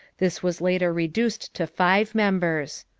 this was later reduced to five members.